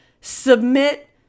submit